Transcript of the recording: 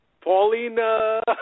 Paulina